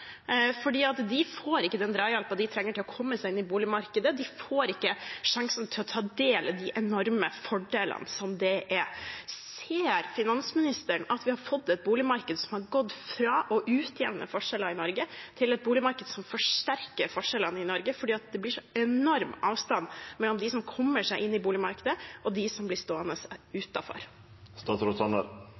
de får ikke den drahjelpen de trenger for å komme seg inn på boligmarkedet, de får ikke sjansen til å ta del i de enorme fordelene det er. Ser finansministeren at vi har fått et boligmarked som har gått fra å utjevne forskjeller i Norge, til et boligmarked som forsterker forskjellene i Norge, fordi det blir så enorm avstand mellom dem som kommer seg inn i boligmarkedet, og dem som blir stående utenfor? Det at vi har gått fra og til, er